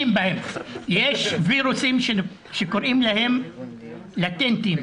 יש וירוסים שקוראים להם לטנטיב,